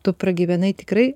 tu pragyvenai tikrai